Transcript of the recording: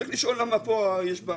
צריך לשאול למה כאן יש בעיה.